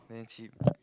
very cheap